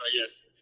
yes